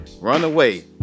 Runaway